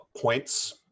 points